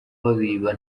babiba